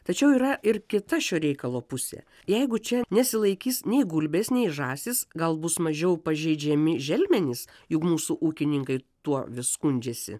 tačiau yra ir kita šio reikalo pusė jeigu čia nesilaikys nei gulbės nei žąsys gal bus mažiau pažeidžiami želmenys juk mūsų ūkininkai tuo vis skundžiasi